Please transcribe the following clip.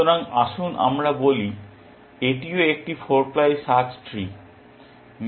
সুতরাং আসুন আমরা বলি এটিও একটি 4 প্লাই সার্চ ট্রি